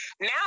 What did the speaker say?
Now